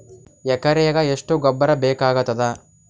ಎಕರೆಗ ಎಷ್ಟು ಗೊಬ್ಬರ ಬೇಕಾಗತಾದ?